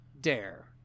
Dare